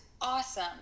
awesome